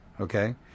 Okay